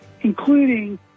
including